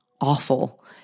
awful